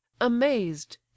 amazed